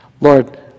Lord